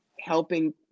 helping